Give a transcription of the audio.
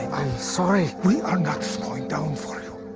i'm sorry! we are not slowing down for you.